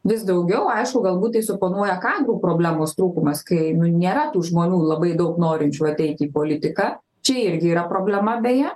vis daugiau aišku galbūt tai suponuoja kadrų problemos trūkumas kai nu nėra tų žmonių labai daug norinčių ateiti į politiką čia irgi yra problema beje